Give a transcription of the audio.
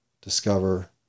discover